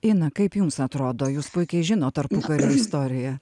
ina kaip jums atrodo jūs puikiai žinot tarpukario istoriją